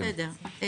בסדר.